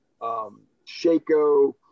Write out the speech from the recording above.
Shaco